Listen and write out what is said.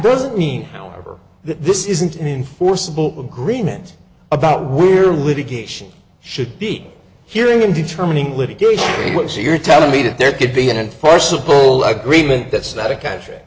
doesn't mean however that this isn't in forcible agreement about where litigation should be hearing in determining litigation what you're telling me that there could be an enforceable agreement that's not a country